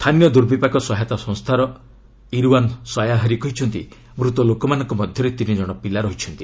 ସ୍ଥାନୀୟ ଦୁର୍ବିପାକ ସହାୟତା ସଂସ୍ଥାର ଇର୍ୱାନ୍ ସୟାହରି କହିଛନ୍ତି ମୃତ ଲୋକମାନଙ୍କ ମଧ୍ୟରେ ତିନି ଜଣ ପିଲା ରହିଛନ୍ତି